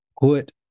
put